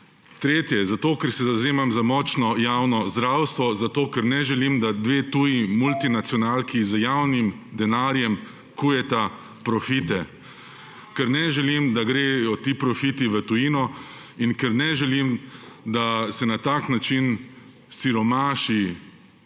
Tretjič. Zato ker se zavzemam za močno javno zdravstvo, zato ker ne želim, da dve tuji multinacionalki z javnim denarjem kujeta profite. Ker ne želim, da gredo ti profiti v tujino in ker ne želim, da se na tak način siromaši